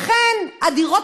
לכן הדירות